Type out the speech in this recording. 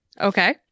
okay